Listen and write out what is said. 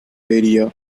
area